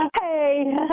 Hey